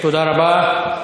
תודה רבה.